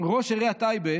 ראש עיריית טייבה